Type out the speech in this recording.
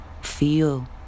Feel